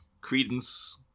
credence